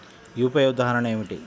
UPI ఉదాహరణ ఏమిటి?